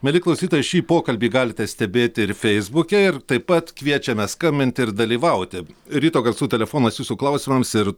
mieli klausytojai šį pokalbį galite stebėti ir feisbuke ir taip pat kviečiame skambinti ir dalyvauti ryto garsų telefonas jūsų klausimams ir